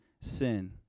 sin